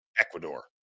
Ecuador